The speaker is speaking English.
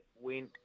went